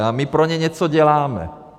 A my pro ně něco děláme.